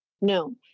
No